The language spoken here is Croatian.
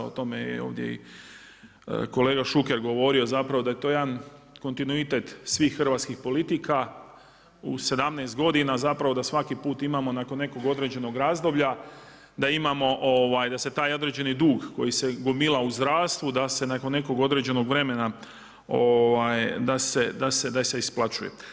O tome je ovdje i kolega Šuker govorio, zapravo da je to jedan kontinuitet svih hrvatskih politika u 17 godina, zapravo da svaki put imamo nakon nekog određenog razdoblja da imamo, da se taj određeni dug koji se gomila u zdravstvu, da se nakon nekog određenog vremena da se isplaćuje.